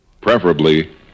preferably